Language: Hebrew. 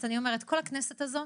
כל הכנסת הזו,